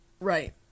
Right